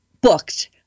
Booked